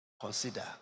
Consider